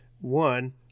one